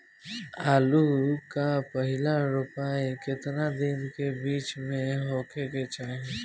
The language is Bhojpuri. आलू क पहिला रोपाई केतना दिन के बिच में होखे के चाही?